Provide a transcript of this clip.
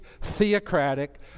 theocratic